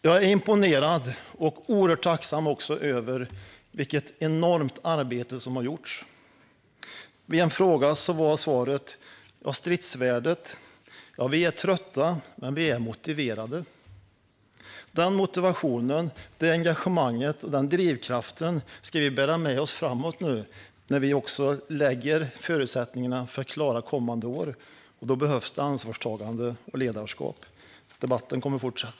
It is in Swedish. Jag är imponerad av och oerhört tacksam över det enorma arbete som har gjorts. På en fråga om stridsvärdet var svaret: Ja, vi är trötta, men vi är motiverade. Den motivationen, det engagemanget och den drivkraften ska vi bära med oss framåt när vi nu lägger fram förutsättningarna för att klara kommande år. Då behövs det ansvarstagande och ledarskap. Debatten kommer att fortsätta.